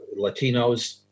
Latinos